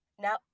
Now